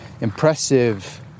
impressive